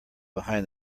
behind